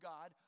God